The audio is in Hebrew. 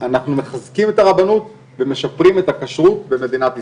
אנחנו מחזקים את הרבנות ומשפרים את הכשרות במדינת ישראל.